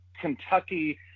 Kentucky